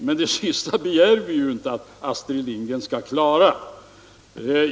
Men skattepolitiken begär vi ju inte att Astrid Lindgren skall klara.